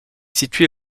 située